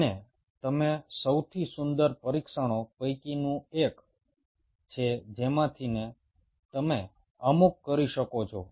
અને તમે સૌથી સુંદર પરીક્ષણો પૈકીની એક છે જેમાંથી તમે અમુક કરી શકો છો